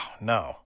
no